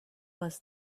was